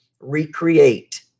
recreate